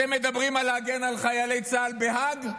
אתם מדברים על להגן על חיילי צה"ל בהאג?